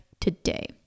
today